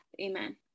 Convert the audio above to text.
Amen